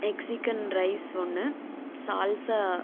egg chicken rice ஒன்று salsa